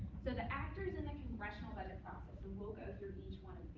so the actors in the congressional budget process and we'll go through each one